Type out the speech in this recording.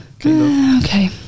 Okay